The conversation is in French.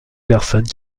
personnes